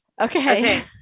Okay